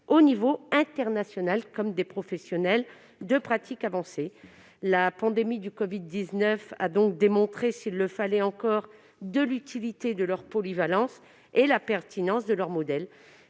au niveau international, comme des professionnels en pratique avancée. La pandémie de covid-19 a démontré, s'il le fallait encore, l'utilité de leur polyvalence et la pertinence de leur modèle.